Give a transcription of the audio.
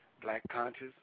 black-conscious